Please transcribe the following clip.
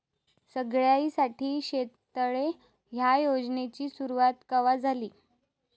सगळ्याइसाठी शेततळे ह्या योजनेची सुरुवात कवा झाली?